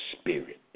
spirit